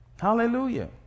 Hallelujah